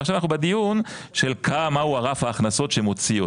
ועכשיו אנחנו בדיון של כמה מהו רף ההכנסות שמוציא אותו.